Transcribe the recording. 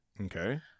Okay